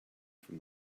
from